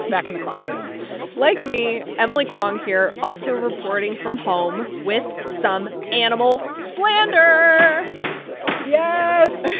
back in the closet like me emily kwong here, also reporting from home with some animal slander yeah yes